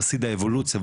חסיד האבולוציה.